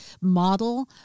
model